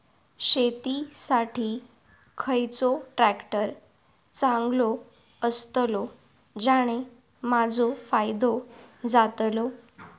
शेती साठी खयचो ट्रॅक्टर चांगलो अस्तलो ज्याने माजो फायदो जातलो?